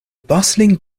bustling